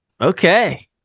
Okay